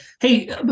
Hey